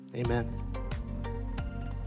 amen